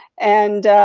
and